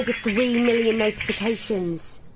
but three million notifications,